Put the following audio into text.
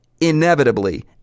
inevitably